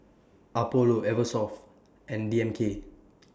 Apollo Eversoft and D M K